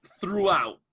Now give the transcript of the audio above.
throughout